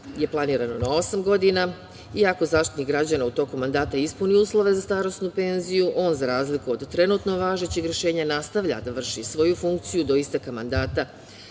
je planirano na osam godina iako Zaštitnik građana u toku mandata ispuni uslove za starosnu penziju on, za razliku od trenutno važećeg rešenja, nastavlja da vrši svoju funkciju do isteka mandata